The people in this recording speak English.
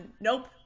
Nope